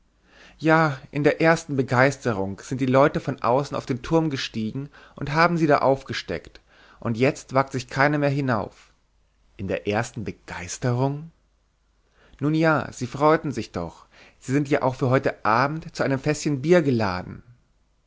ja in der ersten begeisterung sind die leute von außen auf den turm gestiegen und haben sie da aufgesteckt und jetzt wagt sich keiner mehr hinauf in der ersten begeisterung nun ja sie freuten sich doch sie sind ja auch für heute abend zu einem fäßchen bier geladen